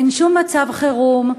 אין שום מצב חירום,